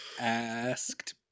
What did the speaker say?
asked